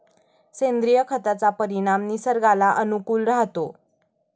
सेंद्रिय खताचा परिणाम निसर्गाला अनुकूल राहतो